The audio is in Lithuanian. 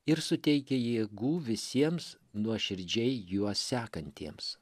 ir suteikia jėgų visiems nuoširdžiai juos sekantiems